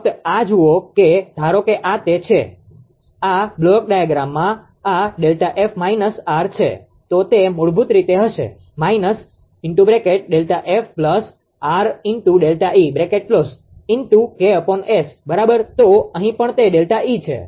ફક્ત આ જુઓ કે ધારો કે આ તે છે આ બ્લોક ડાયાગ્રામમાં આ ΔF માઈનસ R છે તો તે મૂળભૂત રીતે હશે −ΔF RΔE × 𝐾𝑆 બરાબર તો અહીં પણ તે ΔE છે